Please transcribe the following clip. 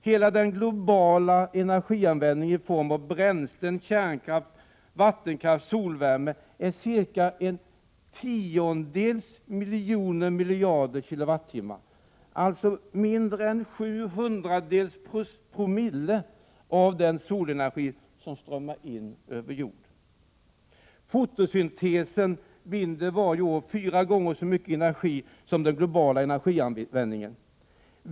Hela den globala energianvändningen i form av bränslen, kärnkraft, vattenkraft och solvärme är ca 0,1 miljoner miljarder kWh, alltså mindre än 0,07 oo av den solenergi som strömmar in över jorden. Fotosyntesen binder varje år fyra gånger så mycket energi som den globala energianvändningen.